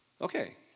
Okay